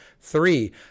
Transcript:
Three